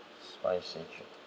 spicy should